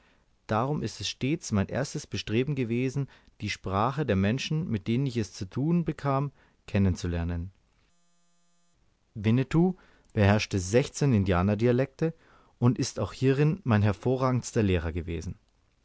darum ist es stets mein erstes bestreben gewesen die sprache der menschen mit denen ich es zu tun bekam kennen zu lernen winnetou beherrschte sechzehn indianerdialekte und ist auch hierin mein hervorragendster lehrer gewesen